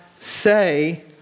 say